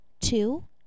Two